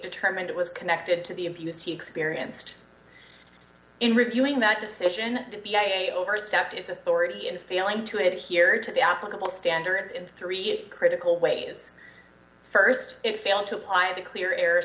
determined it was connected to the abuse he experienced in reviewing that decision to be a overstepped its authority in failing to it here to the applicable standards in three critical ways st it failed to apply the clear